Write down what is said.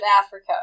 Africa